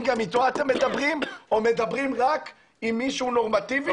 גם אתו אתם מדברים או מדברים רק עם מישהו נורמטיבי?